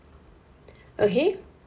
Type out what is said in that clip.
okay